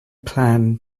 plan